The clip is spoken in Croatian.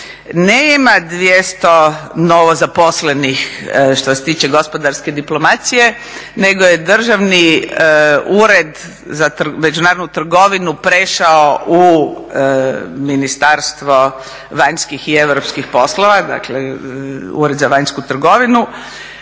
Nema 200 novozaposlenih što se tiče gospodarske diplomacije nego je Državni ured za međunarodnu trgovinu prešao u Ministarstvo vanjskih i europskih poslova, dakle, Ured za vanjsku trgovinu,